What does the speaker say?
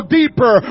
deeper